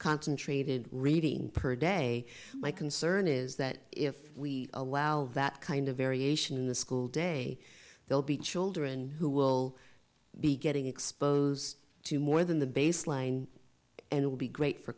concentrated reading per day my concern is that if we allow that kind of variation in the school day they'll be children who will be getting exposed to more than the baseline and will be great for